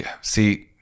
see